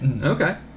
Okay